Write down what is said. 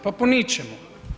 Pa po ničemu.